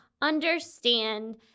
understand